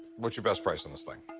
what's your best price on this thing?